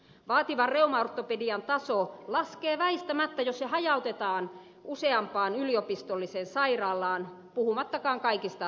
vaativan reumaortopedian taso laskee väistämättä jos se hajautetaan useampaan yliopistolliseen sairaalaan puhumattakaan kaikista keskussairaaloista